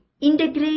Integrate